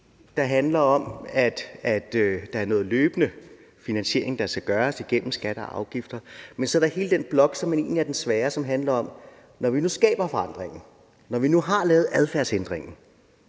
der handler om, at der er noget, der løbende skal finansieres igennem skatter og afgifter. Men så er der hele den blok, som egentlig er den svære, og som handler om, at der – når vi nu skaber forandringen og vi nu har lavet adfærdsændringen